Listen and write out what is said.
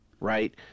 Right